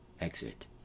Exit